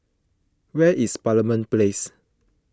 where is Parliament Place